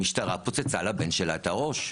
המשטרה פוצצה לבן שלה את הראש.